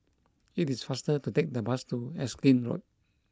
it is faster to take the bus to Erskine Road